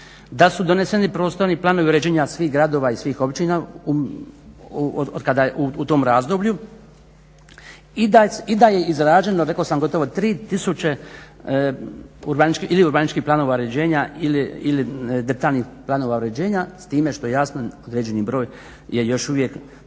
da su doneseni prostorni planovi uređenja svih gradova i svih općina u tom razdoblju i da je izrađeno rekao sam gotovo tri tisuće ili urbaničkih planova uređenja ili detaljnih planova uređenja s time što jasno određeni broj je još uvijek